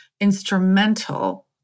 instrumental